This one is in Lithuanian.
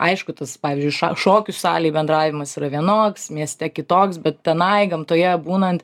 aišku tas pavyzdžiui šokių salėj bendravimas yra vienoks mieste kitoks bet tenai gamtoje būnant